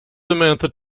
samantha